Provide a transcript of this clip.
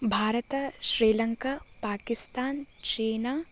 Bharata Sri Lanka Pakistan China